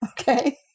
Okay